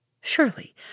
Surely